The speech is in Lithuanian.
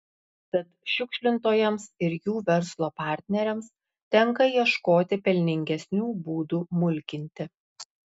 tad šiukšlintojams ir jų verslo partneriams tenka ieškoti pelningesnių būdų mulkinti